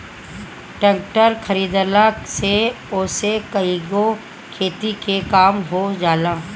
tractor खरीदला से ओसे कईगो खेती के काम हो जाला